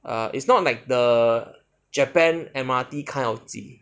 ah it's not like the japan M_R_T kind of 挤